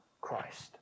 Christ